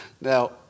Now